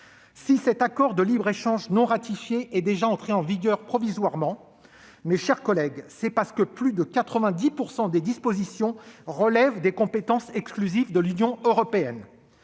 Si cet accord de libre-échange non ratifié est déjà entré en vigueur provisoirement, c'est parce que plus de 90 % des dispositions relèvent des compétences exclusives de l'Union européenne.